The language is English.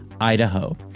Idaho